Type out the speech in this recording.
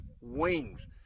wings